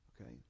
okay